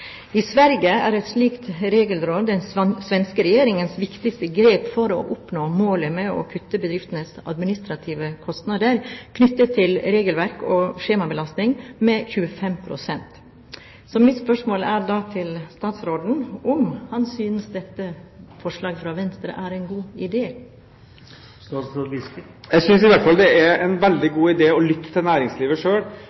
I Sverige er et slikt regelråd den svenske regjeringens viktigste grep for å nå målet om å kutte bedriftenes administrative kostnader knyttet til regelverk og skjemabelastning med 25 pst. Mitt spørsmål til statsråden er om han synes dette forslaget fra Venstre er en god idé. Jeg synes i hvert fall at det er en veldig